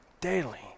daily